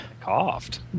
Coughed